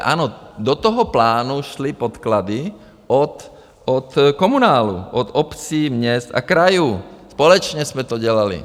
Ano, do toho plánu šly podklady od komunálu, od obcí, měst a krajů, společně jsme to dělali.